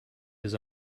his